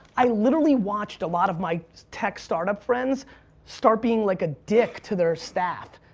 i literally watched a lot of my tech start-up friends start being like a dick to their staff.